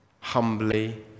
humbly